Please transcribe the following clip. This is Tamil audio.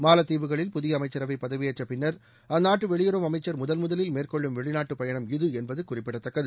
மாலத்தீவுகளில் புதிய அமைச்சரவை பதவியேற்றப் பின்னர் அந்நாட்டு வெளியுறவு அமைச்சர் முதன் முதலில் மேற்கொள்ளும் வெளிநாட்டு பயணம் இது என்பது குறிப்பிடத்தக்கது